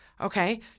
Okay